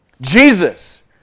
Jesus